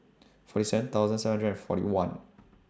forty seven thousand seven hundred and forty one